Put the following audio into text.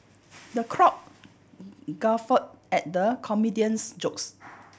the crowd guffaw at the comedian's jokes